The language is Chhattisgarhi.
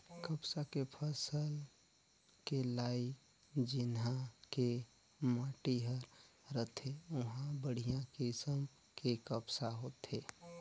कपसा के फसल के लाइक जिन्हा के माटी हर रथे उंहा बड़िहा किसम के कपसा होथे